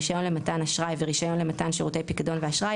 "רישיון למתן אשראי" ו"רישיון למתן שירותי פיקדון ואשראי"",